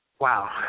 Wow